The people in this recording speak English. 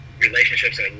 relationships